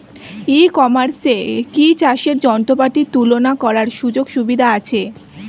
ই কমার্সে কি চাষের যন্ত্রপাতি তুলনা করার সুযোগ সুবিধা আছে?